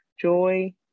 joy